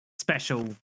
special